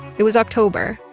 it was october,